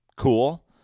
cool